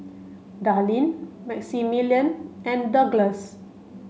Darlene Maximillian and Douglass